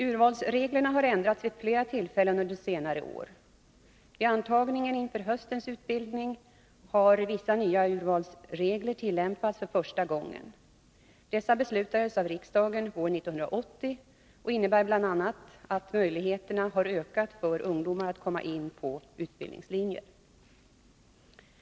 Urvalsreglerna har ändrats vid flera tillfällen under senare år. Vid antagningen inför höstens utbildning har vissa nya urvalsregler tillämpats för första gången. Dessa beslutades av riksdagen våren 1980 och innebär bl.a. att möjligheterna har ökat för ungdomar att komma in på utbildningslinjer.